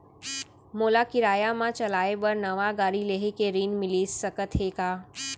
मोला किराया मा चलाए बर नवा गाड़ी लेहे के ऋण मिलिस सकत हे का?